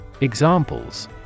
Examples